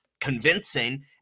convincing